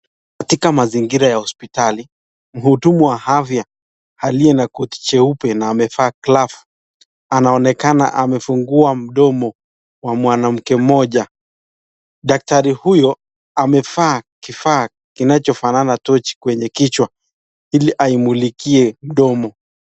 Katika mazingira ya hospitali mhudumu wa afya aliye na koti jeupe na amevaa glavu anaonekana amefungua mdomo wa mwanamke mmoja. Daktari huyo amevaa kifaa kinacho fanana tochi kwenye kichwa ili aimulikie mdomo.